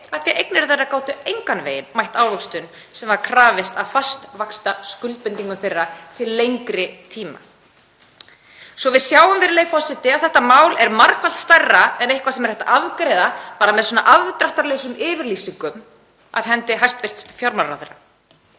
að eignir þeirra gátu engan veginn mætt ávöxtun sem var krafist af fastvaxtaskuldbindingum þeirra til lengri tíma. Svo við sjáum, virðulegi forseti, að þetta mál er margfalt stærra en eitthvað sem er hægt að afgreiða bara með svona afdráttarlausum yfirlýsingum af hendi hæstv. fjármálaráðherra.